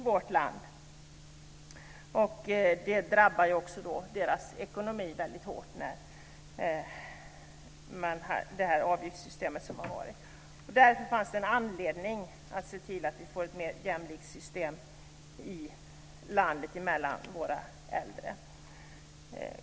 Därmed drabbas deras ekonomi väldigt hårt med det avgiftssystem som har varit. Därför fanns det anledning att se till att det i vårt land blir ett mer jämlikt system mellan våra äldre.